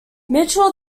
mitchell